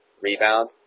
rebound